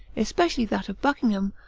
especially that of buckingham,